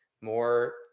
more